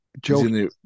Joe